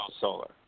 solar